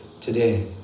today